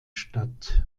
statt